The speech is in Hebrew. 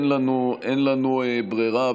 אין לנו ברירה,